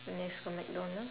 nex got mcdonald